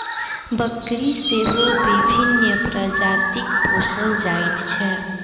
बकरी सेहो विभिन्न प्रजातिक पोसल जाइत छै